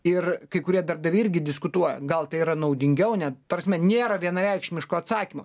ir kai kurie darbdaviai irgi diskutuoja gal tai yra naudingiau net ta prasme nėra vienareikšmiško atsakymo